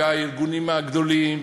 והארגונים הגדולים,